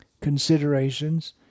considerations